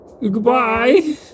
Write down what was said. Goodbye